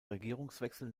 regierungswechsel